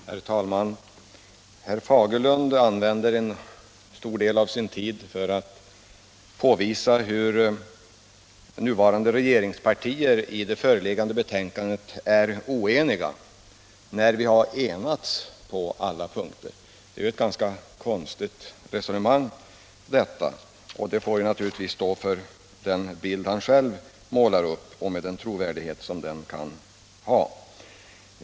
Herr talman! Herr Fagerlund använde en stor del av sin tid till att påvisa hur nuvarande regeringspartier är oeniga i det föreliggande betänkandet, fastän vi har enats på alla punkter. Det är ett ganska konstigt resonemang. Det får naturligtvis stå för honom själv, med den trovärdighet det kan ha.